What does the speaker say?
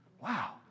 Wow